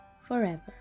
forever